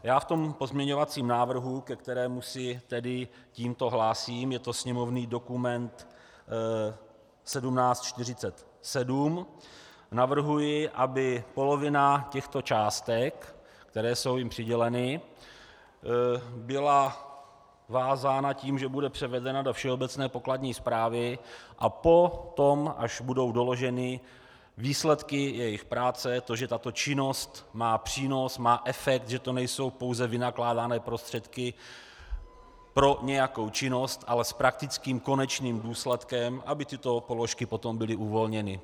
Já v pozměňovacím návrhu, ke kterému se tedy tímto hlásím, je to sněmovní dokument 1747, navrhuji, aby polovina těchto částek, které jsou jim přiděleny, byla vázána tím, že bude převedena do všeobecné pokladní správy a potom, až budou doloženy výsledky jejich práce, to, že tato činnost má přínos, má efekt, že to nejsou pouze vynakládané prostředky na nějakou činnost, ale s praktickým konečným důsledkem, aby tyto položky byly potom uvolněny.